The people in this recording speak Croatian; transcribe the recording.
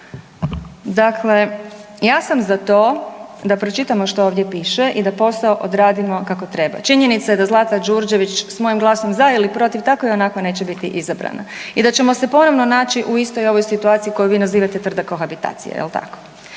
Dakle, ja sam za to da pročitamo što ovdje piše i da posao odradimo kako treba. Činjenica je da Zlata Đurđević s mojim glasom za ili protiv tako i onako neće biti izabrana i da ćemo se ponovno naći u istoj ovoj situaciji koju vi nazivate tvrda kohabitacija, jel tako.